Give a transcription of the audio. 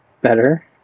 better